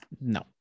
No